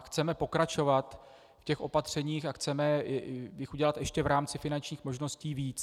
Chceme pokračovat v těch opatřeních a chceme jich udělat v rámci finančních možností více.